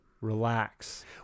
relax